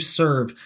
serve